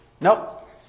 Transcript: Nope